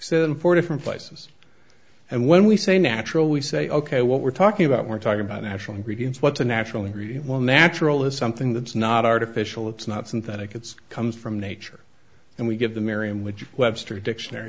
in four different places and when we say natural we say ok what we're talking about we're talking about national greetings what's a natural ingredient well natural is something that's not artificial it's not synthetic it's comes from nature and we give the merriam which webster dictionary